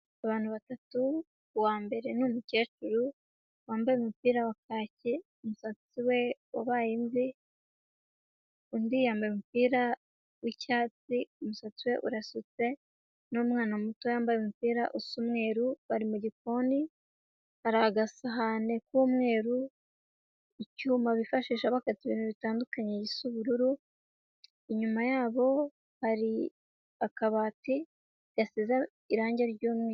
Abantu batatu, uwambere ni umukecuru wambaye umupira wa kake, umusatsi we wabaye imvi, undi yambaye umupira w'icyatsi umusatsi we urasutse n'umwana muto wambaye umupira usa umweruru bari mu gikoni, hari agasahane k'umweru, icyuma bifashisha bakata ibintu bitandukanye gisa ubururu, inyuma yabo hari akabati gasize irangi ry'umweru.